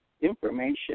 information